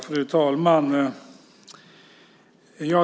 Fru talman!